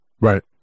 Right